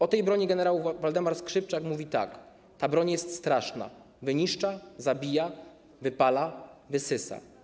O tej broni gen. Waldemar Skrzypczak mówi tak: ta broń jest straszna, wyniszcza, zabija, wypala, wysysa.